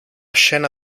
scena